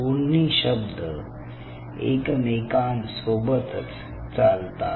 दोन्ही शब्द एकमेकांसोबतच चालतात